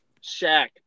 Shaq